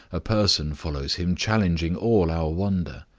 a person follows him challenging all our wonder.